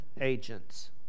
agents